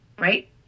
right